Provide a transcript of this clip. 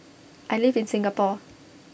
I live in Singapore